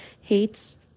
hates